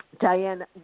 Diane